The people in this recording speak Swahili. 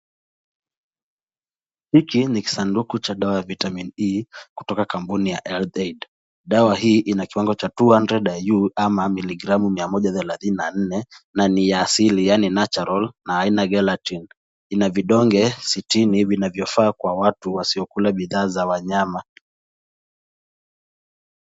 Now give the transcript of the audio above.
Hiki ni kisanduku cha dawa ya Vitamin E kutoka kampuni ya Health Aid. Dawa hii ina kiwango cha two hundred iu ama miligramu mia moja thelathini na nne na ni ya asili yaani natural na aina gelatine .Ina vidonge sitini vinavyofaa kwa watu wasiokula bidhaa za wanyama.